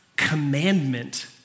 Commandment